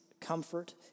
comfort